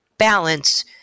balance